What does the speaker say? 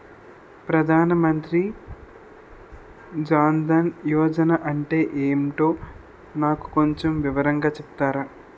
ప్రధాన్ మంత్రి జన్ దన్ యోజన అంటే ఏంటో నాకు కొంచెం వివరంగా చెపుతారా?